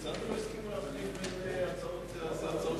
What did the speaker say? לא הסכימה להחליף בין ההצעות לסדר-היום.